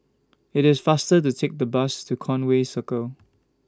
IT IS faster to Take The Bus to Conway Circle